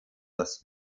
das